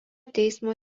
teismo